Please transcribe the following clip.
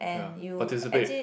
ya participate